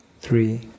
three